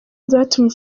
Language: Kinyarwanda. byatumye